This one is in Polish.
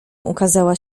ukazała